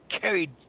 carried